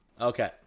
Okay